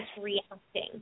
reacting